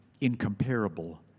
incomparable